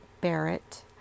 Barrett